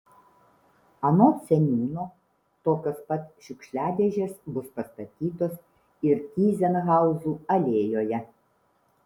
anot seniūno tokios pat šiukšliadėžės bus pastatytos ir tyzenhauzų alėjoje